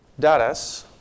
Dadas